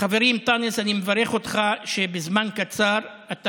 חברי אנטאנס, אני מברך אותך שבזמן קצר אתה